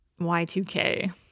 Y2K